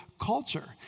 culture